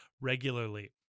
regularly